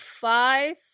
five